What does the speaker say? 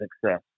success